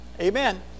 Amen